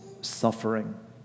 suffering